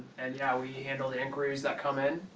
and yeah, we handle the inquiries that come in.